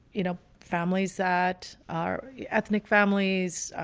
you know, families that are ethnic families,